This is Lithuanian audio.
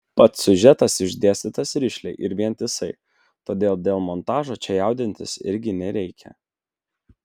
pats siužetas išdėstytas rišliai ir vientisai todėl dėl montažo čia jaudintis irgi nereikia